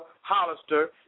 Hollister